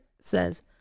says